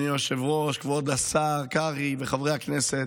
אדוני היושב-ראש, כבוד השר קרעי וחברי הכנסת,